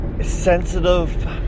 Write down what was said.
sensitive